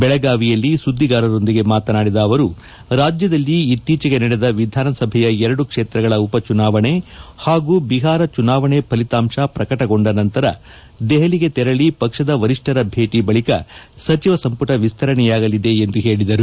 ಬೆಳಗಾವಿಯಲ್ಲಿ ಸುದ್ದಿಗಾರರೊಂದಿಗೆ ಮಾತನಾಡಿದ ಅವರು ರಾಜ್ಯದಲ್ಲಿ ಇತ್ತೀಚೆಗೆ ನಡೆದ ವಿಧಾನಸಭೆಯ ಎರಡು ಕ್ಷೇತ್ರಗಳ ಉಪ ಚುಣಾವಣೆ ಹಾಗೂ ಬಿಹಾರ ಚುನಾವಣೆ ಫಲಿತಾಂಶ ಪ್ರಕಟಗೊಂಡ ನಂತರ ದೆಹಲಿಗೆ ತರಳಿ ಪಕ್ಷದ ವರಿಷ್ಠರ ಬೇಟಿ ಬಳಿಕ ಸಚಿವ ಸಂಪುಟ ವಿಸ್ತರಣೆಯಾಗಲಿದೆ ಎಂದು ಹೇಳಿದರು